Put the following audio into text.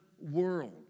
world